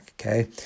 okay